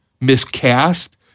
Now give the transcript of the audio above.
miscast